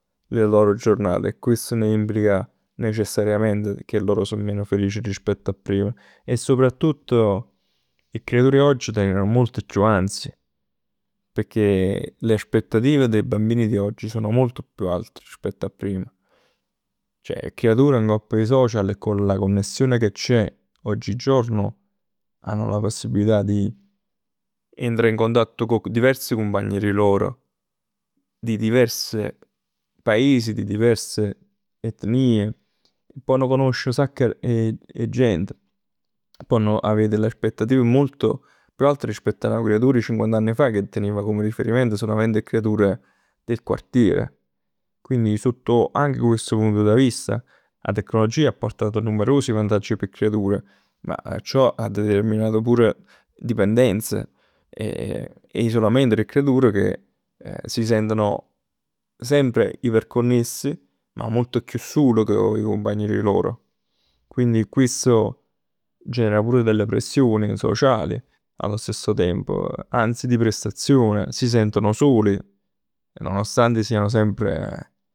Le loro giornate e ne implica necessariamente che loro sono meno felici rispetto a prima. E soprattutto 'e creatur 'e oggi tenen molto chiù ansia. Pecchè le aspettative dei bambini di oggi sono molto più alte rispetto a prima. Ceh 'e creatur ngopp 'e social e con la connessione che c'è oggi giorno hanno la possibilità di entrà in contatto con diversi cumpagn d' 'e lor. Di diverse paesi, di diverse etniee e ponn conosce nu sacc 'e gent. Ponn avè delle aspettative molto, altre, rispetto a nu creatur rispett a cinquant'ann fa che tenev come riferimento sulament 'e creature del quartiere. Quindi sotto anche questo punto di vista 'a tecnologia 'a portato numerosi vantaggi p' 'e creatur, ma ciò ha determinato pure dipendenze. E isolamento d' 'e creatur che si sentono sempre iperconnessi, ma molto chiù sul cu 'e cumpagn d' 'e loro. E questo genera pure delle pressioni sociali allo stesso tempo. Anzi di prestazione. Si sentono soli, nonostante siano sempre